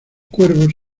cuervos